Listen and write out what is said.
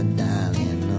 darling